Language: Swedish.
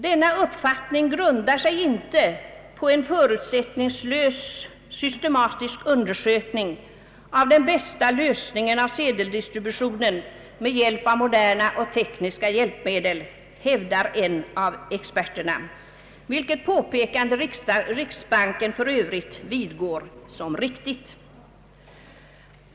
Denna uppfattning grundar sig inte på en förutsättningslös systematisk undersökning om den bästa lösningen av sedeldistributionsfrågan genom utnyttjande av moderna och tekniska hjälpmedel, hävdar en av experterna, ett påpekande som riksbanken för övrigt vidgår såsom riktigt.